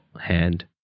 hand